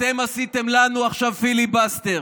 אתם עשיתם לנו עכשיו פיליבסטר,